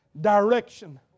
direction